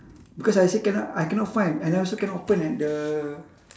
because I say cannot I cannot find and I also cannot open at the